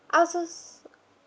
I was just